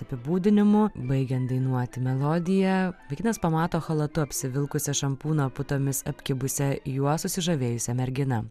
apibūdinimų baigiant dainuoti melodiją vaikinas pamato chalatu apsivilkusią šampūno putomis apkibusią juo susižavėjusią merginą